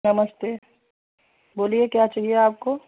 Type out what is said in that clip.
नमस्ते बोलिए क्या चाहिए आपको